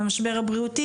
המשבר הבריאותי,